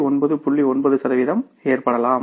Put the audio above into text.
9 சதவிகிதம் ஏற்படலாம்